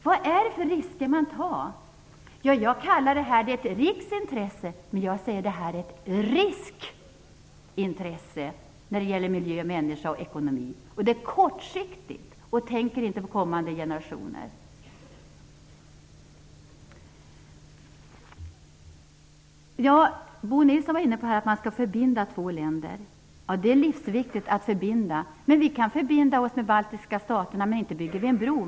Vad är det för risker man tar? Det här kallas ett riksintresse, men jag säger att det är ett riskintresse när det gäller miljö, människa och ekonomi. Det är kortsiktigt, och man tänker inte på kommande generationer. Bo Nilsson var inne på att man skall förbinda två länder. Det är livsviktigt att förbinda. Vi kan förbinda oss med de baltiska staterna, men inte bygger vi en bro.